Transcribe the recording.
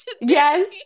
Yes